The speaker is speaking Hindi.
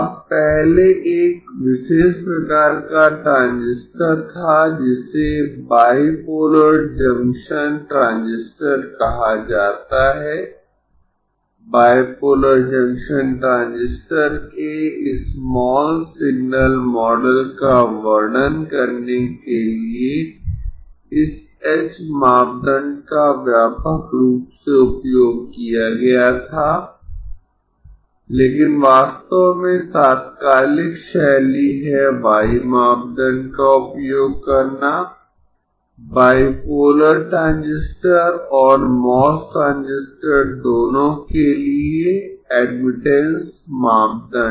अब पहले एक विशेष प्रकार का ट्रांजिस्टर था जिसे बाईपोलर जंक्शन ट्रांजिस्टर कहा जाता है बाईपोलर जंक्शन ट्रांजिस्टर के स्माल सिग्नल मॉडल का वर्णन करने के लिए इस h मापदंड का व्यापक रूप से उपयोग किया गया था लेकिन वास्तव में तात्कालिक शैली है y मापदंड का उपयोग करना बाईपोलर ट्रांजिस्टर और MOS ट्रांजिस्टर दोनों के लिए एडमिटेंस मापदंड